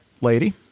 lady